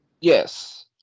Yes